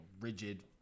rigid